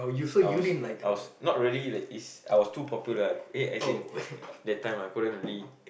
I was I was not really like is I was too popular ah eh as in that time I couldn't really